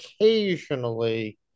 occasionally